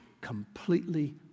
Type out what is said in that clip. completely